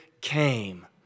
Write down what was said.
came